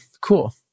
Cool